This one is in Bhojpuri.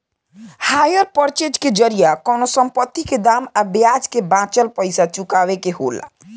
हायर पर्चेज के जरिया कवनो संपत्ति के दाम आ ब्याज के बाचल पइसा चुकावे के होला